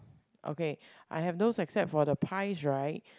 okay I have those except for the pies right